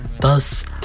Thus